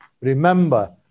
Remember